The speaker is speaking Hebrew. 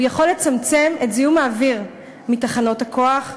הוא יכול לצמצם את זיהום האוויר מתחנות הכוח,